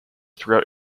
through